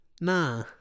Nah